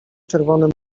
czerwonym